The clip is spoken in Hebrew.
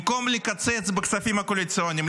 במקום לקצץ בכספים הקואליציוניים,